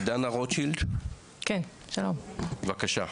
דנה רוטשילד, בבקשה.